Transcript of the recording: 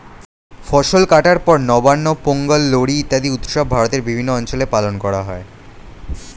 ফসল কাটার পর নবান্ন, পোঙ্গল, লোরী ইত্যাদি উৎসব ভারতের বিভিন্ন অঞ্চলে পালন করা হয়